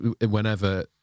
whenever